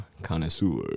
Connoisseur